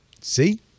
See